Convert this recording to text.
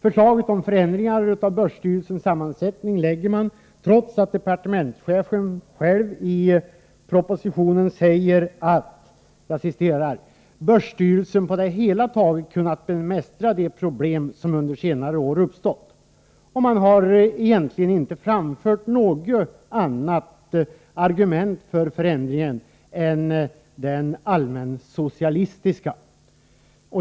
Förslaget om förändringar av börsstyrelsens sammansättning lägger man fram trots att departementschefen själv i propositionen säger att ”börsstyrelsen på det hela taget kunnat bemästra de problem som under senare år uppstått”. Man har egentligen inte framfört något annat argument för förändringen än det allmänsocialistiska.